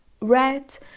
red